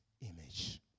image